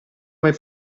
mai